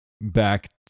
back